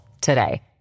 today